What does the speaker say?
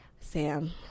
Sam